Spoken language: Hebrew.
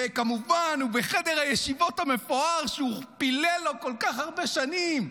וכמובן הוא בחדר הישיבות המפואר שהוא פילל לו כל כך הרבה שנים,